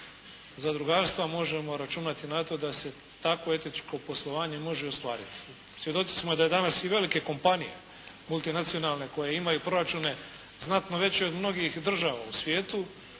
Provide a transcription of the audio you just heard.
zadrugarstva možemo računati na to da se takvo etičko poslovanje može ostvariti. Svjedoci smo da danas i velike kompanije multinacionalne koje imaju proračune znatno veće od mnogih država u svijetu